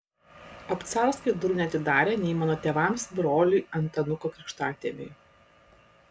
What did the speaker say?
obcarskai durų neatidarė nei mano tėvams broliui antanuko krikštatėviui